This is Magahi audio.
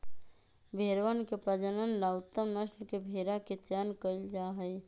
भेंड़वन के प्रजनन ला उत्तम नस्ल के भेंड़ा के चयन कइल जाहई